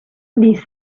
this